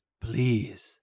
Please